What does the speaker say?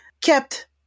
kept